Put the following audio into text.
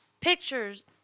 pictures